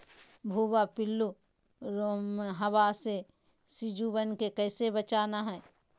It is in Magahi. भुवा पिल्लु, रोमहवा से सिजुवन के कैसे बचाना है?